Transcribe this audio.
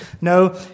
No